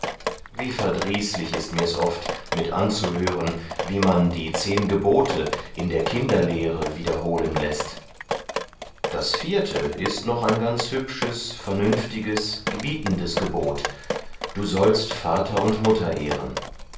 wie verdrießlich ist mirs oft mit anzuhören wie man die zehn gebote in der kinderlehre wiederholen läßt das vierte ist noch ein ganz hübsches vernünftiges gebietendes gebot du sollst vater und mutter ehren